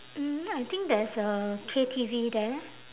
mm I think there's a K_T_V there